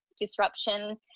disruption